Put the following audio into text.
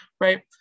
right